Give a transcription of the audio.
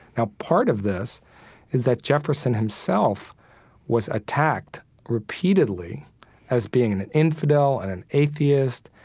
now part of this is that jefferson himself was attacked repeatedly as being an an infidel, and an atheist,